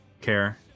care